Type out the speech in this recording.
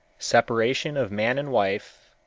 separation of man and wife,